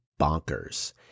bonkers